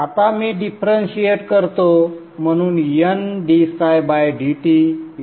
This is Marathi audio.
आता मी डिफरंशिएट करतो म्हणून NddtN2didt